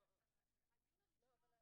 היינו פה,